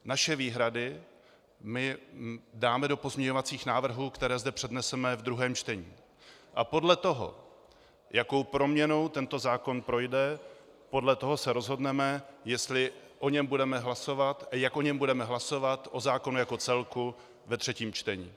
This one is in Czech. Naše výhrady dáme do pozměňovacích návrhů, které zde předneseme ve druhém čtení, a podle toho, jakou proměnou tento zákon projde, se rozhodneme, jestli o něm budeme hlasovat a jak o něm budeme hlasovat, o zákonu jako celku, ve třetím čtení.